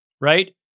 right